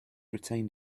retained